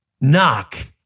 knock